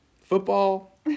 football